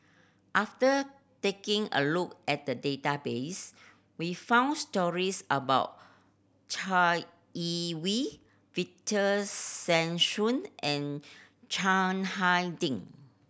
after taking a look at the database we found stories about Chai Yee Wei Victor Sassoon and Chiang Hai Ding